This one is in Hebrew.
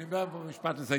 אני עומד בעוד משפט לסיים.